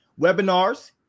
webinars